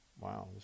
wow